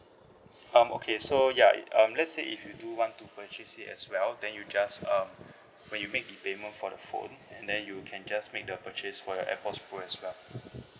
um okay so ya um let's say if you do want to purchase it as well then you just um when you make the payment for the phone and then you can just make the purchase for your airpods pro as well